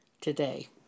today